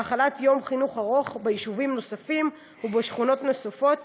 והחלת יום חינוך ארוך ביישובים נוספים ובשכונות נוספות